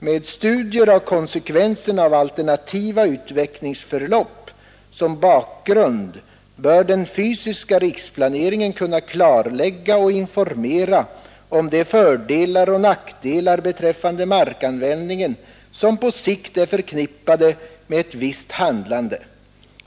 Med studier av konsekvenserna av alternativa utvecklingsförlopp som bakgrund bör den fysiska riksplaneringen kunna klarlägga och informera om de fördelar och nackdelar beträffande markanvändningen som på sikt är förknippade med ett visst handlande.